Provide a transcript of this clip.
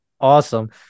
awesome